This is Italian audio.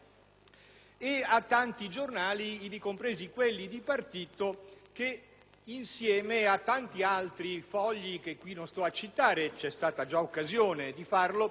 per tanti giornali, ivi compresi quelli di partito, che insieme a tanti altri fogli, che qui non sto a citare perché c'è già stata occasione di farlo,